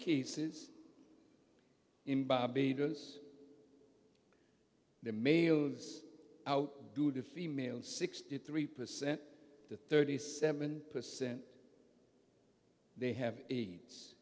cases in barbados the mail goes out to the female sixty three percent to thirty seven percent they have aids